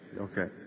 Okay